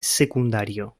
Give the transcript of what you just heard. secundario